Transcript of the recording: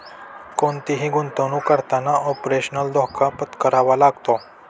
कोणतीही गुंतवणुक करताना ऑपरेशनल धोका पत्करावा लागतो